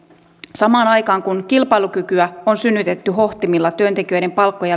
samaan aikaan kun kilpailukykyä on synnytetty hohtimilla työntekijöiden palkkojen